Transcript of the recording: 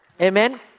Amen